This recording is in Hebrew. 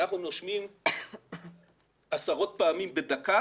אנחנו נושמים עשרות פעמים בדקה